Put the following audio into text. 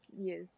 yes